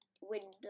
window